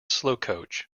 slowcoach